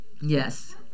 Yes